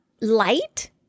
light